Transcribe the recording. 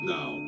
Now